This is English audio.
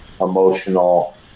emotional